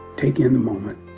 take in the moment.